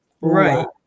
Right